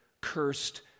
cursed